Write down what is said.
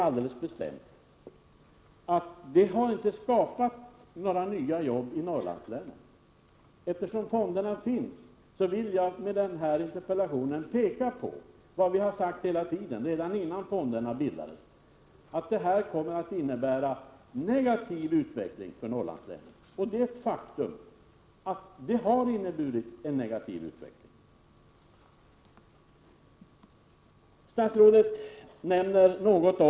Jag hävdar bestämt att detta faktum inte har skapat några nya jobb i Norrlandslänen. Eftersom löntagarfonderna nu existerar, vill jag med denna interpellation peka på vad vi hela tiden hävdat — redan innan fonderna bildades — nämligen att dessa fonder kommer att innebära en negativ utveckling för Norrlandslänen. Det är redan ett faktum att fonderna har inneburit en negativ utveckling.